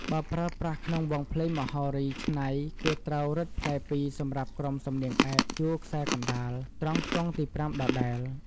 បើប្រើប្រាស់ក្នុងវង់ភ្លេងមហោរីច្នៃ គេត្រូវរឹតផ្លែ២សំរាប់ក្រុមសំនៀងឯកជួរខ្សែកណ្ដាល ត្រង់ខ្ទង់ទី៥ ដដែល។